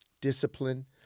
discipline